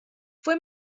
fue